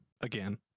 Again